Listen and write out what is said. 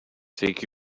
take